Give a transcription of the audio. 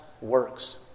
works